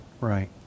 Right